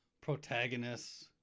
protagonists